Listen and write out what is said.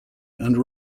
and